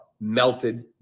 melted